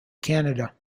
canada